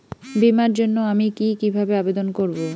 বিমার জন্য আমি কি কিভাবে আবেদন করব?